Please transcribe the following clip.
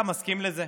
אתה מסכים לזה?